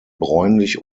bräunlich